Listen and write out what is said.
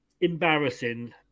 embarrassing